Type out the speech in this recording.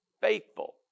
faithful